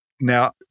Now